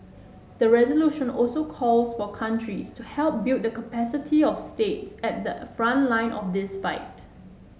the resolution also calls for countries to help build the capacity of states at the front line of this fight